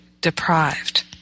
deprived